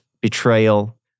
betrayal